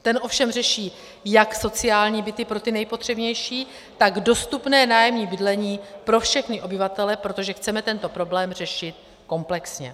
Ten ovšem řeší jak sociální byty pro ty nejpotřebnější, tak dostupné nájemní bydlení pro všechny obyvatele, protože chceme tento problém řešit komplexně.